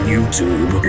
YouTube